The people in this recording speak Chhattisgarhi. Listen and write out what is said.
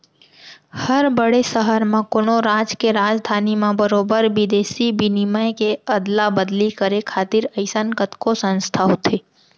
हर बड़े सहर म, कोनो राज के राजधानी म बरोबर बिदेसी बिनिमय के अदला बदली करे खातिर अइसन कतको संस्था होथे